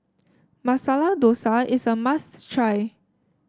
Masala Dosa is a must try